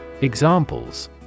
Examples